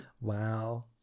Wow